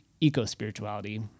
eco-spirituality